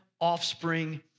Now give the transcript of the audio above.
offspring